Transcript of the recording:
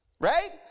Right